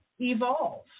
evolve